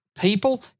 people